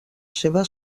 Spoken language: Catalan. seva